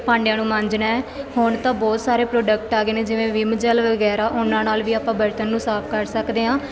ਭਾਂਡਿਆਂ ਨੂੰ ਮਾਂਜਣਾ ਹੁਣ ਤਾਂ ਬਹੁਤ ਸਾਰੇ ਪ੍ਰੋਡਕਟ ਆ ਗਏ ਨੇ ਜਿਵੇਂ ਵਿੰਮ ਜੈੱਲ ਵਗੈਰਾ ਉਹਨਾਂ ਨਾਲ ਵੀ ਆਪਾਂ ਬਰਤਨ ਨੂੰ ਸਾਫ਼ ਕਰ ਸਕਦੇ ਹਾਂ